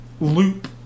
loop